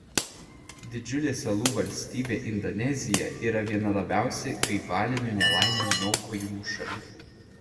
didžiulė salų valstybė indonezija yra viena labiausiai gaivalinių nelaimių niokojamų šalių